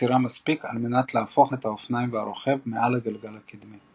עצירה מספיק על מנת להפוך את האופניים והרוכב מעל הגלגל הקדמי.